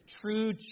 true